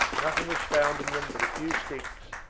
nothing was found in them but a few sticks,